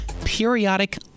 periodic